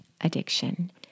addiction